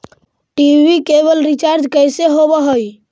TV केवल recharge कैसे होब हइ?